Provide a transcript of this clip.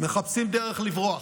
מחפשים דרך לברוח,